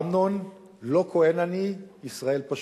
אמנון, לא כוהן אני, ישראל פשוט,